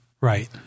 Right